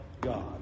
God